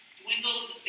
dwindled